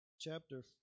chapter